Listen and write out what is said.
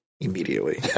immediately